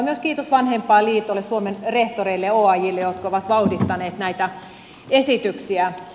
myös kiitos vanhempainliitolle suomen rehtoreille ja oajlle jotka ovat vauhdittaneet näitä esityksiä